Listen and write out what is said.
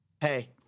Hey